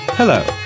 Hello